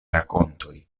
rakontoj